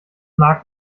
mag